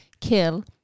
kill